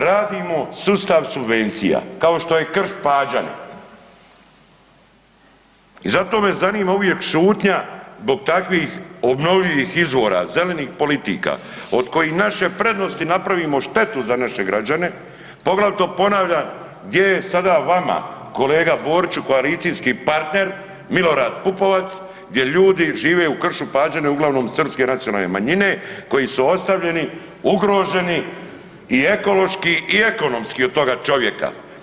Radimo sustav subvencija kao što je Krš Pađene i zato me zanima uvijek šutnja zbog takvih obnovljivih izvora, zelenih politika, od kojih od naše prednosti napravimo štetu za naše građane, poglavito ponavljam, gdje je sada vama kolega Boriću, koalicijski partner M. Pupovac, gdje ljudi žive u Kršu Pađene, uglavnom srpske nacionalne manjine koji su ostavljeni, ugroženi i ekološki i ekonomski od toga čovjeka?